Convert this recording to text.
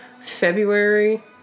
February